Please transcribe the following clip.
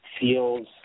feels